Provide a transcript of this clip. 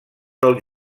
del